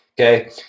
Okay